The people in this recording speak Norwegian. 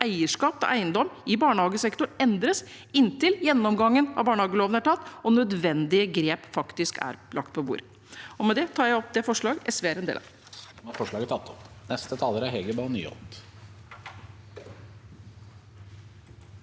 eierskap til eiendom i barnehagesektoren endres, inntil gjennomgangen av barnehageloven er tatt og nødvendige forslag til grep faktisk er lagt på bordet. Med det tar jeg opp det forslaget SV er en del av.